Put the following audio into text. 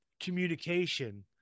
communication